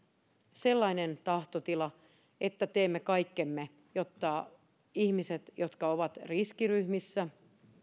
sellainen tahtotila että teemme kaikkemme jotta ihmiset jotka ovat riskiryhmissä